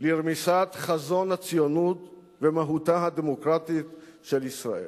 לרמיסת חזון הציונות ומהותה הדמוקרטית של ישראל.